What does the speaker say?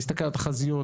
להסתכל על התחזיות,